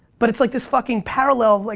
but it's like this fucking parallel. like